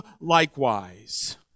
likewise